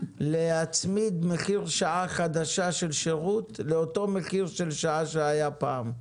להצמיד מחיר שעה חדשה של שירות לאותו מחיר של שעה שהיה פעם.